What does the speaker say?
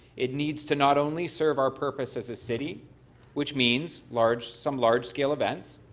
it needs to not only serve our purpose as a city which means large some large scale events.